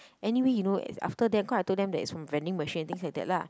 anyway you know after that cause I told them it's from vending machine and things like that lah